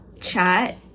chat